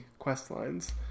questlines